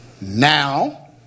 Now